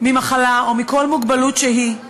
ממחלה או מכל מוגבלות שהיא,